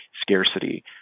scarcity